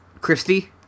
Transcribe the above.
Christy